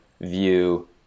view